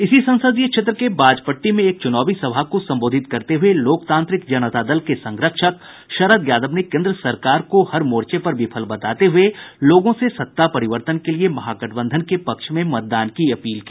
इसी संसदीय क्षेत्र के बाजपट्टी में एक चुनावी सभा को संबोधित करते हुए लोकतांत्रिक जनता दल के संरक्षक शरद यादव ने केन्द्र सरकार को हर मोर्चे पर विफल बताते हुए लोगों से सत्ता परिवर्तन के लिये महागठबंधन के पक्ष में मतदान की अपील की